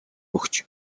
өгч